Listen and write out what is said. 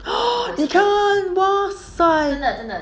oh 你看 !wahseh!